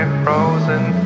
frozen